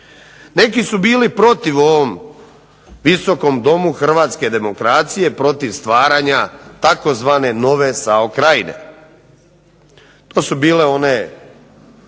neki su bili protiv u ovom Visokom domu hrvatske demokracije protiv stvaranja tzv. SAO Krajine. To su bile onaj